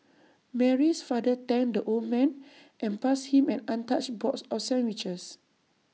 Mary's father thanked the old man and passed him an untouched box of sandwiches